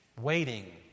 Waiting